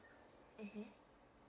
mmhmm